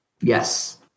Yes